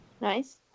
Nice